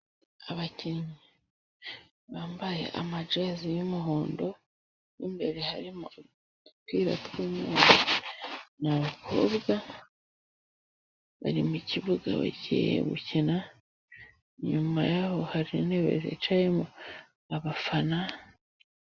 Abakinnyi bambaye amajezi y'umuhondo, mo imbere harimo udupira tw'umweru, ni abakobwa, bari mu kibuga bagiye gukina, inyuma yaho hari intebe zicayemo abafana,..